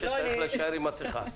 צריך להדגיש את